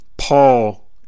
Paul